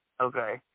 okay